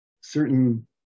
certain